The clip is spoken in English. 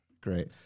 Great